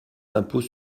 l’impôt